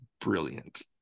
brilliant